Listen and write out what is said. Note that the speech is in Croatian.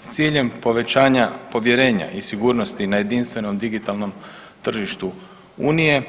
S ciljem povećanja povjerenja i sigurnosti na jedinstvenom digitalnom tržištu unije